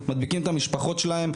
מדביקים את המשפחות שלהם,